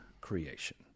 creation